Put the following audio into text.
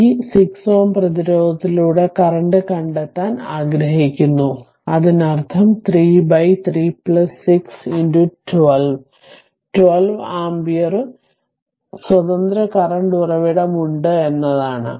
ഇത് 6 Ω പ്രതിരോധത്തിലൂടെ കറന്റ് കണ്ടെത്താൻ ആഗ്രഹിക്കുന്നു അതിനർത്ഥം 3 3 6 12 Ω 12 ആമ്പിയർ സ്വതന്ത്ര കറന്റ് ഉറവിടം ഉണ്ട് എന്നാണ്